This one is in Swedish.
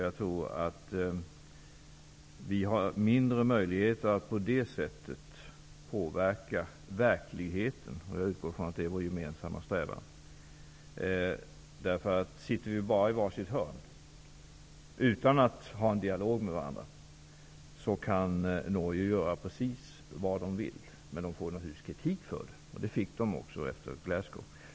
Jag tror att vi har mindre möjligheter att på det sättet påverka verkligheten -- jag utgår från att det är vår gemensamma strävan. Om vi bara sitter i varsitt hörn utan att föra en dialog med varandra kan man i Norge göra precis vad man vill. Norge får naturligtvis kritik för det. Det fick Norge också efter Glasgowmötet.